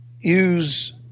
use